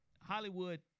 Hollywood